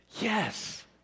Yes